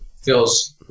feels